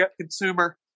consumer